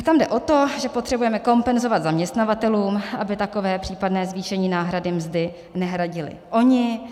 Tam jde o to, že potřebujeme kompenzovat zaměstnavatelům, aby takové případné zvýšení náhrady mzdy nehradili oni.